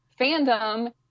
fandom